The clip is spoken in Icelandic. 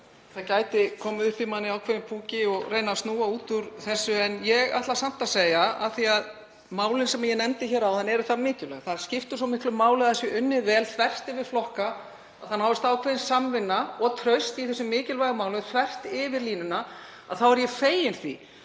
Það gæti komið upp í manni dálítill púki og ég gæti reynt að snúa út úr þessu. En ég ætla samt að segja, af því að málin sem ég nefndi áðan eru það mikilvæg, það skiptir svo miklu máli að unnið sé vel þvert yfir flokka, að það náist ákveðin samvinna og traust í þessu mikilvæga máli þvert yfir línuna, að ég er fegin því